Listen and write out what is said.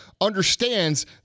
understands